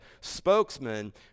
spokesman